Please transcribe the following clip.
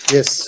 Yes